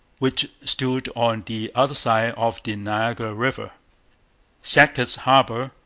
which stood on the other side of the niagara river sackett's harbour,